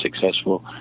successful